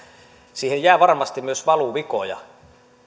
siihen jää varmasti myös valuvikoja